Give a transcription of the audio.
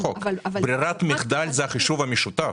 ברירת מחדל זה החישוב המשותף